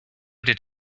did